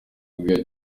ubwe